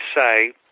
say